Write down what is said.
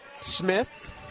Smith